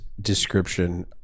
description